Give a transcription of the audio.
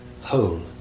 whole